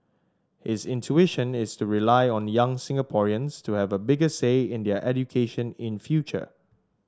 his intuition is to rely on young Singaporeans to have a bigger say in their education in future